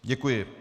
Děkuji.